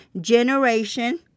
generation